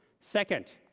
second